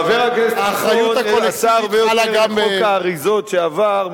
חבר הכנסת חסון עשה הרבה יותר בחוק האריזות שעבר,